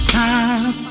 time